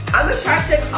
i'm attracting